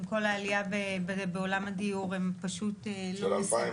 כל העלייה בעולם הדיור הם פשוט לא מספקים.